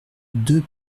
deux